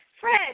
Fred